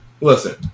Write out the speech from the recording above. Listen